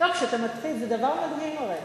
כשאתה מתחיל, זה דבר מדהים, הרי.